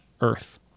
earth